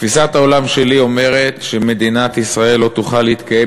תפיסת העולם שלי אומרת שמדינת ישראל לא תוכל להתקיים